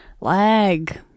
lag